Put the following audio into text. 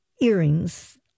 earrings